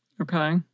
Okay